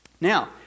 Now